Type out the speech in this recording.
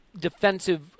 defensive